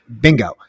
Bingo